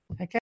Okay